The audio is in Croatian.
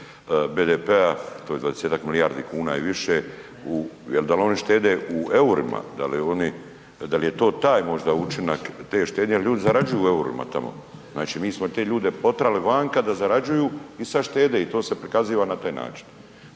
BDP-a to je 20-ak milijardi kuna i više, jel dal oni štede u eurima, da li je to taj možda učinak te štednje jer ljudi zarađuju u eurima tamo. Znači mi smo te ljude potrali vanka da zarađuju i sada štede i to se prikaziva na taj način.